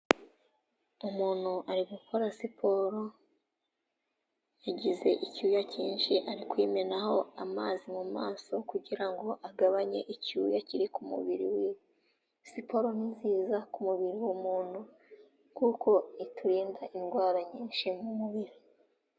Umuntu ari gukora siporo, yagize icyuya cyinshi ari kwimenaho amazi mu maso kugira ngo agabanye icyuya kiri ku mubiri wiwe. Siporo ni nziza ku mubiri w'umuntu kuko iturinda indwara nyinshi mu mubiri.